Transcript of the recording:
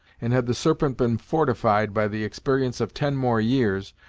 and had the serpent been fortified by the experience of ten more years,